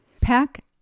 Pack